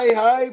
hi